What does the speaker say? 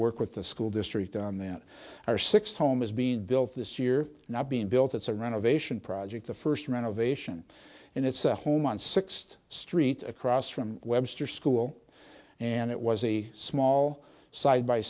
work with the school district on that our sixth home is being built this year now being built it's around ovation project the first renovation and it's a home on sixth street across from webster school and it was a small side by